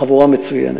חבורה מצוינת.